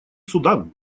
судан